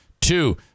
two